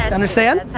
and understand?